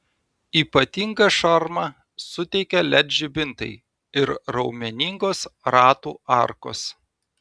ypatingą šarmą suteikia led žibintai ir raumeningos ratų arkos